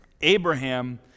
Abraham